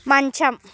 మంచం